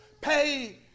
pay